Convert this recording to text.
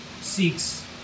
seeks